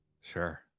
Sure